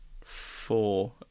four